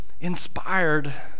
inspired